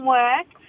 work